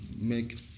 make